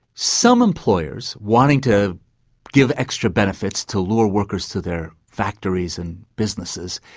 some employers wanting to give extra benefits to lure workers to their factories and businesses,